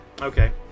Okay